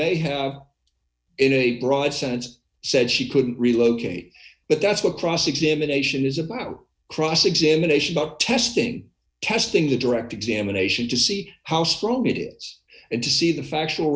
have in a broad sense said she couldn't relocate but that's what cross examination is about cross examination about testing testing the direct examination to see how strong it is and to see the factual